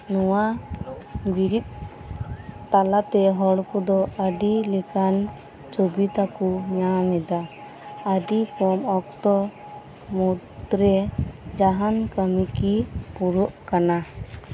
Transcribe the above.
ᱱᱚᱶᱟ ᱵᱤᱨᱤᱫ ᱛᱟᱞᱟᱛᱮ ᱦᱚᱲ ᱠᱚᱫᱚ ᱟᱹᱰᱤ ᱞᱮᱠᱟᱱ ᱥᱩᱵᱤᱫᱷᱟ ᱠᱚ ᱧᱟᱢ ᱮᱫᱟ ᱟᱹᱰᱤ ᱠᱚᱢ ᱚᱠᱛᱚ ᱢᱩᱫᱽᱨᱮ ᱡᱟᱦᱟᱱ ᱠᱟᱹᱢᱤ ᱜᱮ ᱯᱩᱨᱟᱹᱜ ᱠᱟᱱᱟ